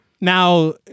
now